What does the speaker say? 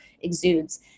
exudes